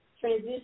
transition